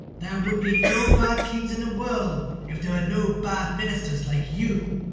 there would be no bad kings in the world if there were no bad ministers like you.